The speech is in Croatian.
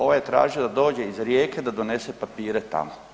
Ovaj je tražio da dođe iz Rijeke da donese papire tamo.